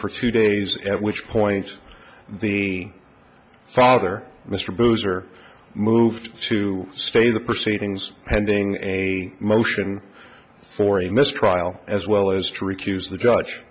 for two days at which point the father mr bowser moved to stay the proceedings pending a motion for a mistrial as well as to recuse the judge